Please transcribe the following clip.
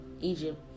Egypt